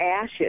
ashes